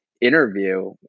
interview